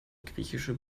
griechische